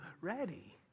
ready